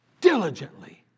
Diligently